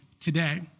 today